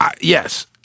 Yes